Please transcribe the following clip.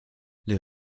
les